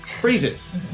freezes